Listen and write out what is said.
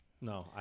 No